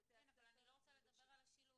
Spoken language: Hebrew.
כן, אבל אני לא רוצה לדבר על השילוב.